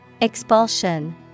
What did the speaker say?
Expulsion